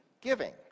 giving